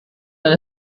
wenn